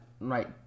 right